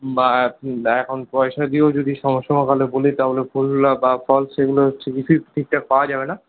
বা এখন পয়সা দিয়েও যদি বলি তাহলে ফুল বা ফল সেগুলি ঠিকঠাক পাওয়া যাবে না